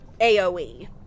aoe